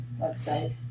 website